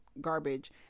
garbage